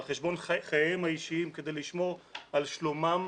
על חשבון חייהם האישיים כדי לשמור על שלומם,